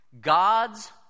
god's